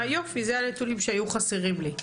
אלה הנתונים שהיו חסרים לי.